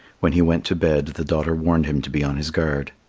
when he went to bed, the daughter warned him to be on his guard.